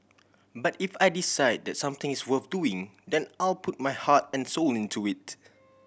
but if I decide that something is worth doing then I'll put my heart and soul into it